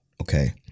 okay